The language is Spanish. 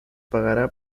pagará